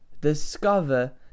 discover